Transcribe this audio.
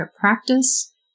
practice